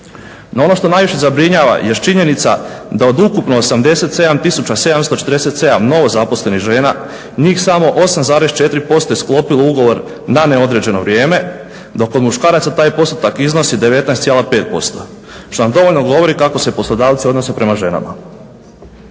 No, ono što najviše zabrinjava jest činjenica da od ukupno 87747 novo zaposlenih žena njih samo 8,4% je sklopilo ugovor na neodređeno vrijeme dok kod muškaraca taj postotak iznosi 19,5% što nam dovoljno govori kako se poslodavci odnose prema ženama.